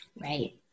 Right